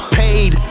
paid